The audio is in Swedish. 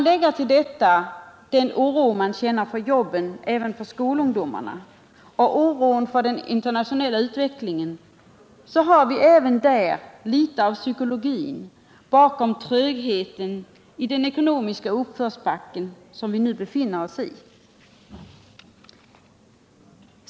Lägg till detta den oro man känner för jobben — även för skolungdomarna — och oron för den internationella utvecklingen, så har vi där litet av psykologin bakom trögheten i den ekonomiska uppförsbacke som vi nu befinner oss i.